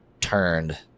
turned